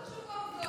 מה זה חשוב עובדות?